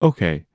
Okay